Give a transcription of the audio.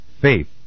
Faith